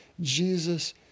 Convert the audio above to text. Jesus